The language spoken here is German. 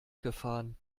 gefahren